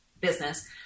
business